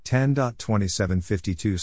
10.2752